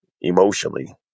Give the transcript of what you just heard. emotionally